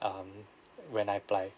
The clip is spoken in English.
um when I apply